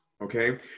okay